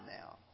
now